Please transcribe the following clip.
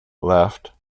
left